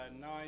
nine